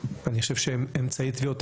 טביעות